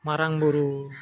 ᱢᱟᱨᱟᱝ ᱵᱩᱨᱩ